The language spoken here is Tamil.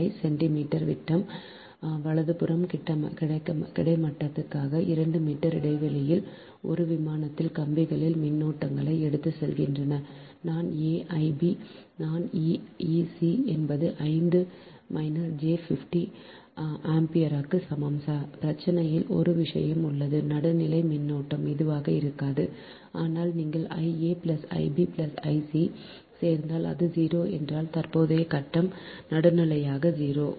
5 சென்டிமீட்டர் விட்டம் வலதுபுறம் கிடைமட்டமாக 2 மீட்டர் இடைவெளியில் ஒரு விமானத்தில் கம்பிகள் மின்னோட்டங்களை எடுத்துச் செல்கின்றன நான் a I b நான் இ c என்பது 50 மைனஸ் j 50 ஆம்பியருக்கு சமம் பிரச்சனையில் ஒரு விஷயம் உள்ளது நடுநிலை மின்னோட்டம் இதுவாக இருக்காது ஆனால் நீங்கள் I a I b I c ஐ சேர்த்தால் அது 0 என்றால் தற்போதைய கட்டம் நடுநிலையாக 0